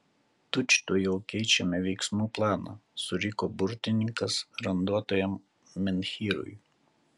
tučtuojau keičiame veiksmų planą suriko burtininkas randuotajam menhyrui